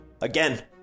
Again